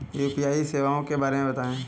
UPI सेवाओं के बारे में बताएँ?